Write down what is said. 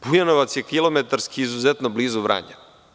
Bujanovac je kilometarski izuzetno blizu Vranja.